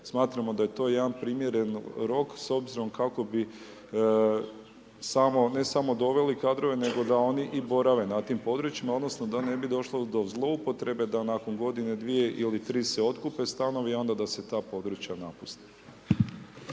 smatramo da je to jedan primjeren rok s obzirom kako bi samo, ne samo doveli kadrove nego da oni i borave na tim područjima odnosno da ne bi došlo do zloupotrebe da nakon godine, dvije ili tri se otkupe stanovi a onda da se ta područja napuste.